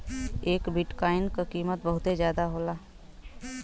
एक बिट्काइन क कीमत बहुते जादा होला